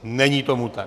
Není tomu tak.